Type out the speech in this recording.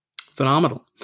Phenomenal